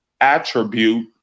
attribute